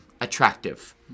attractive